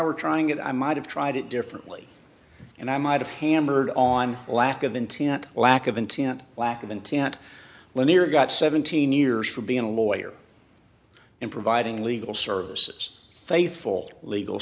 were trying it i might have tried it differently and i might have hammered on a lack of intent lack of intent lack of intent lynyrd got seventeen years for being a lawyer and providing legal services faithful legal